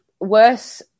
Worse